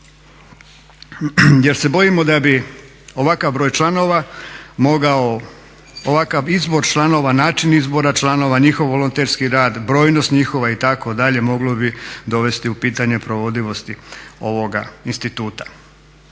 Jer se bojimo da bi ovakav broj članova mogao, ovakav izbor članova, način izbora članova, njihov volonterski rad, brojnost njihova itd. moglo bi dovesti u pitanje provodivost ovog instituta.